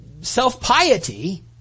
self-piety